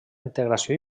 integració